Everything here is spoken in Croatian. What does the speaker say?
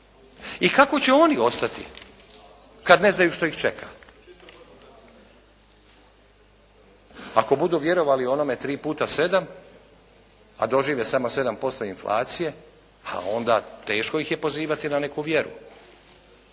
i kako će oni ostati kad ne znaju što ih čeka. Ako budu vjerovali onome tri puta sedam a dožive samo 7% inflacije a onda teško ih je pozivati na neku vjeru.